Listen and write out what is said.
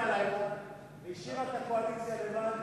והשאירה את הקואליציה לבד,